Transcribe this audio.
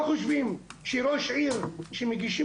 אתם לא חושבים שראש עיר כאשר מגישים